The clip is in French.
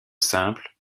simple